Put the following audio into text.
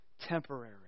temporary